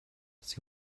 sie